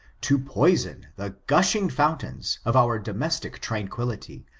to poison the gulling fountains of our domestic tranquillity,